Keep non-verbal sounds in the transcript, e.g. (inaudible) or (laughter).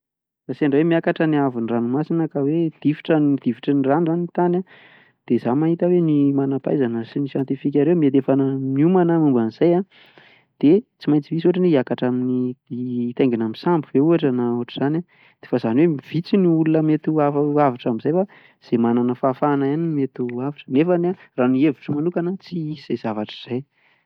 Raha sendra hoe miakatra ny ahavon'ny ranomasina ka hoe difitra difitry ny rano izany ny tany an, dia izaho mahita hoe ny manampahaizana sy ireo siantifika ireo mety efa na- niomana momba an'izay an, dia tsy maintsy hisy ohatra hoe hiakatra amin'ny, (hesitation) hitaingina amin'ny sambo ve ohatra na ohatr'izany an, fa izany hoe vitsy ny olona mety ho avotra amin'izay fa izay manana fahafahana ihany no mety ho avotra, nefa raha ny hevitro manokana, tsy hisy izay zavatra izay.